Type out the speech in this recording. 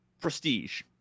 prestige